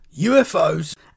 UFOs